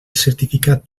certificat